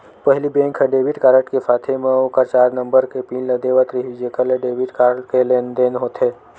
पहिली बेंक ह debit card के साथे म ओखर चार नंबर के पिन ल देवत रिहिस जेखर ले डेबिट कारड ले लेनदेन होथे